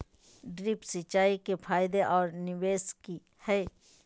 Drip सिंचाई के फायदे और निवेस कि हैय?